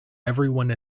everyone